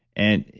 and,